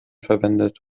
verwendet